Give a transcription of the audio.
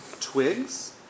twigs